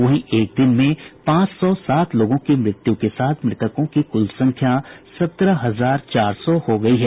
वहीं एक दिन में पांच सौ सात लोगों की मृत्यु के साथ मृतकों की कुल संख्या सत्रह हजार चार सौ हो गई है